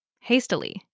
Hastily